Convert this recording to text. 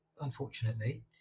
unfortunately